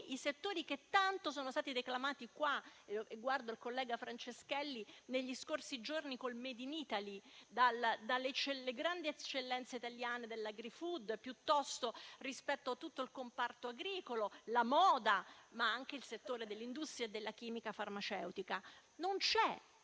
i settori che tanto sono stati declamati - guardo il collega Franceschelli - negli scorsi giorni con il *made in Italy*, dalle grandi eccellenze italiane dell'*agrifood* a tutto il comparto agricolo, alla moda, al settore dell'industria e della chimica farmaceutica. Non c'è